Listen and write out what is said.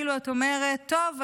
כאילו את אומרת: טוב,